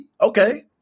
okay